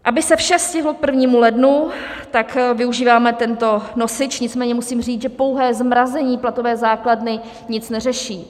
Aby se vše stihlo k 1. lednu, tak využíváme tento nosič, nicméně musím říct, že pouhé zmrazení platové základny nic neřeší.